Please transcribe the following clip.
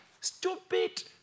stupid